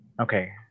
Okay